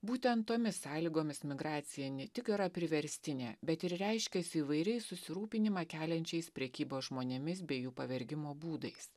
būtent tomis sąlygomis migracija ne tik yra priverstinė bet ir reiškiasi įvairiais susirūpinimą keliančiais prekybos žmonėmis bei jų pavergimo būdais